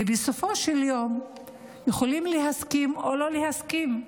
ובסופו של יום יכולים להסכים או שלא להסכים.